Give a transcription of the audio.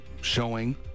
showing